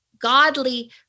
godly